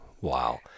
Wow